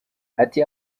ati